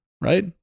right